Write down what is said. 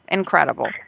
incredible